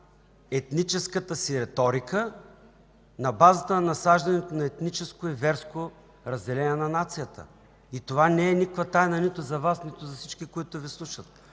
етническата си еторика, на базата на насаждане на етническо и верско разделение на нацията. И това не е никаква тайна нито за Вас, нито за всички, които Ви слушат.